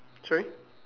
sorry